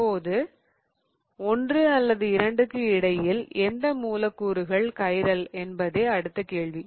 இப்போது 1 அல்லது 2 க்கு இடையில் எந்த மூலக்கூறுகள் கைரல் என்பதே அடுத்த கேள்வி